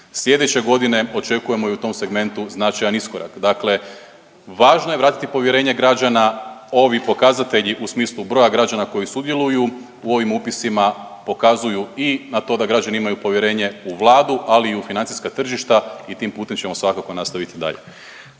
slijedeće godine, očekujemo i u tom segmentu značajan iskorak. Dakle, važno je vratiti povjerenje građana, ovi pokazatelji u smislu broja građana koji sudjeluju u ovim upisima pokazuju i na to da građani imaju povjerenje u Vladu ali i u financijska tržišta i tim putem ćemo svakako nastaviti dalje.